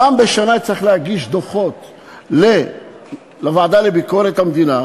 פעם בשנה הוא יצטרך להגיש דוחות לוועדה לביקורת המדינה